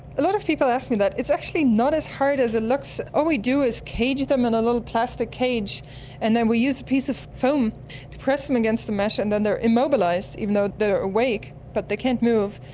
a lot of people ask me that. it's actually not as hard as it looks. all we do is cage them in a little plastic cage and then we use a piece of foam to press them against the mesh and then they're immobilised even though they're awake, but they can't move.